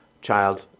child